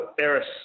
Eris